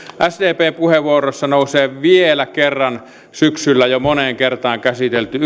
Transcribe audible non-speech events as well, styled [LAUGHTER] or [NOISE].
sdpn puheenvuorossa nousi vielä kerran syksyllä jo moneen kertaan käsitelty [UNINTELLIGIBLE]